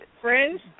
Friends